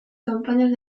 campañas